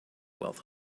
wealth